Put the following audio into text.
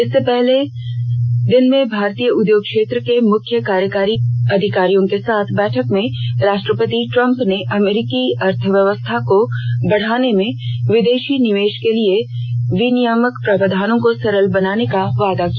इससे पहले दिन में भारतीय उद्योग क्षेत्र के मुख्य कार्यकारी अधिकारियों के साथ बैठक में राष्ट्रपति ट्रम्प ने अमरीकी अर्थव्यवस्था को बढ़ाने में विदेशी निवेश के लिए विनियामक प्रावधानों को सरल बनाने का वायदा किया